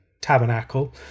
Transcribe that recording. tabernacle